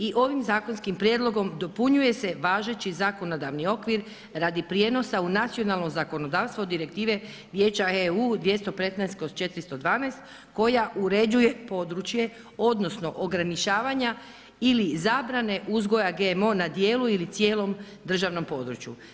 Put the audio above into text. I ovim zakonskim prijedlogom dopunjuju se važeći zakonodavni okvir radi prijenosa u nacionalno zakonodavstvo Direktive Vijeća EU 2015/412 koja uređuje područje odnosno ograničavanje ili zabrane uzgoja GMO na djelu ili cijelom državnom području.